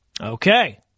Okay